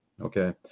okay